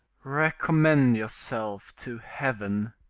recommend yourself to heaven.